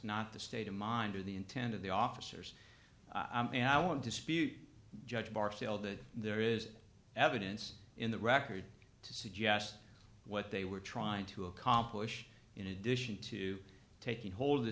not the state of mind or the intent of the officers and i won't dispute judge mark felt that there is evidence in the record to suggest what they were trying to accomplish in addition to taking hold